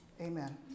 amen